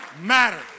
matter